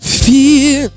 fear